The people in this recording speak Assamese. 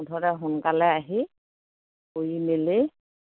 মুঠতে সোনকালে আহি কৰি মেলি